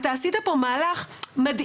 אתה עשית פה מהלך מדהים,